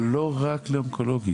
אבל לא רק במחלקה האונקולוגית,